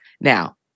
Now